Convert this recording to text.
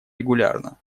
регулярно